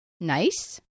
nice